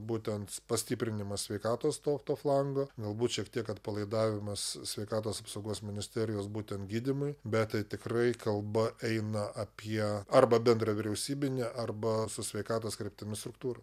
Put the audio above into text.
būtent pastiprinimas sveikatos to to flango galbūt šiek tiek atpalaidavimas sveikatos apsaugos ministerijos būtent gydymui bet tikrai kalba eina apie arba bendravyriausybinė arba su sveikatos kryptimi struktūrų